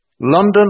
London